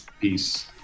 Peace